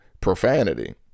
profanity